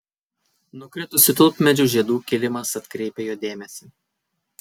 nukritusių tulpmedžių žiedų kilimas atkreipia jo dėmesį